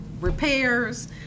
repairs